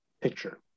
picture